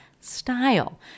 style